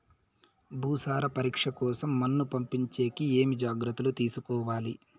భూసార పరీక్ష కోసం మన్ను పంపించేకి ఏమి జాగ్రత్తలు తీసుకోవాలి?